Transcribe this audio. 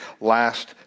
last